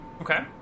Okay